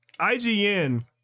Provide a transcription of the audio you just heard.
IGN